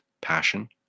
passion